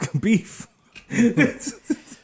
Beef